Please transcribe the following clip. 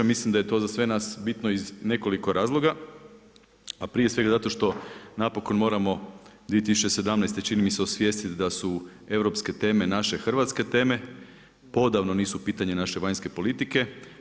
Mislim da je to za sve nas bitno iz nekoliko razloga, a prije svega zato što napokon moramo 2017. čini mi se osvijestiti da su europske teme naše hrvatske teme odavno nisu pitanje naše vanjske politike.